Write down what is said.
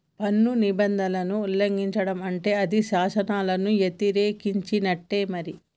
పన్ను నిబంధనలను ఉల్లంఘిచడం అంటే అది శాసనాలను యతిరేకించినట్టే మరి